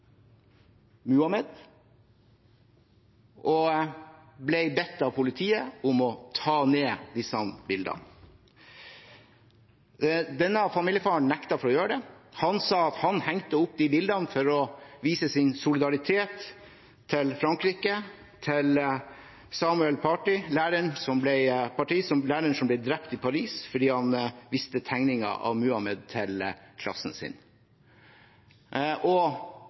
Muhammed og ble bedt av politiet om å ta ned disse bildene. Denne familiefaren nektet å gjøre det, han sa at han hengte opp de bildene for å vise sin solidaritet med Frankrike, med Samuel Paty, læreren som ble drept i Paris fordi han viste tegninger av Muhammed til klassen sin. Jeg tok opp dette spørsmålet med justisministeren, og